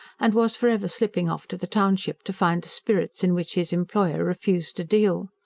and was for ever slipping off to the township to find the spirits in which his employer refused to deal.